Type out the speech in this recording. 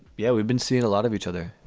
yeah, we've been seeing a lot of each other.